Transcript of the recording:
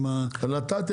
נתתי,